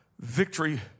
victory